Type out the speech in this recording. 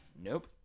nope